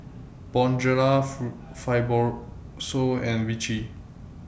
Bonjela Fibrosol and Vichy